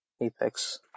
Apex